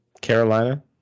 Carolina